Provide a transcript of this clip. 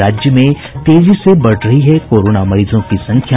और राज्य में तेजी से बढ़ रही है कोरोना मरीजों की संख्या